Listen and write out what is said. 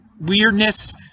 weirdness